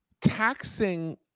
taxing